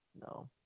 No